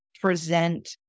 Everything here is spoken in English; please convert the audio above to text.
present